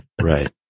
Right